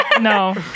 no